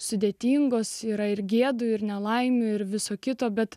sudėtingos yra ir giedu ir nelaimių ir viso kito bet